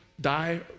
die